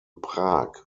prag